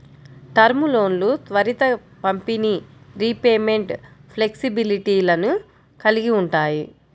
term లోన్లు త్వరిత పంపిణీ, రీపేమెంట్ ఫ్లెక్సిబిలిటీలను కలిగి ఉంటాయి